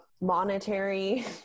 monetary